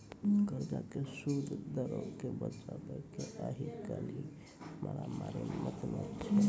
कर्जा के सूद दरो के बचाबै के आइ काल्हि मारामारी मचलो छै